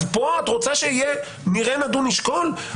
אז פה את רוצה שיהיה נראה, נדון, נשקול?